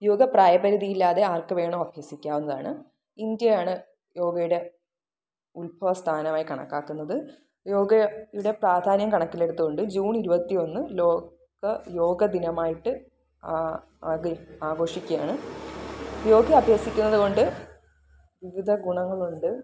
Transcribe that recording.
യോഗ പ്രായപരിധിയില്ലാതെ ആര്ക്കു വേണമെങ്കിലും അഭ്യസിക്കാവുന്നതാണ് ഇന്ത്യയാണ് യോഗയുടെ ഉത്ഭവ സ്ഥാനമായി കണക്കാക്കുന്നത് യോഗയുടെ പ്രാധാന്യം കണക്കിലെടുത്തുകൊണ്ട് ജൂണ് ഇരുപത്തിയൊന്ന് ലോക യോഗ ദിനമായിട്ട് ആകെ ആഘോഷിക്കുകയാണ് യോഗ അഭ്യസിക്കുന്നത് കൊണ്ട് വിവിധ ഗുണങ്ങളുണ്ട്